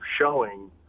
showing